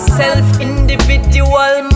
self-individual